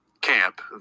camp